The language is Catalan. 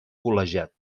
col·legiat